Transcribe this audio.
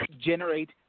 generate